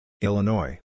Illinois